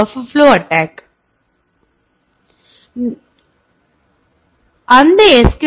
பஹப்பர் flow attack buffer நிரம்பி வழிகிறது மற்றும் பிற பிரிவு மற்றும் விஷயங்களின் வகைக்குச் செல்கிறது